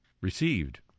received